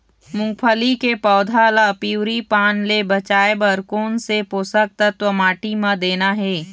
मुंगफली के पौधा ला पिवरी पान ले बचाए बर कोन से पोषक तत्व माटी म देना हे?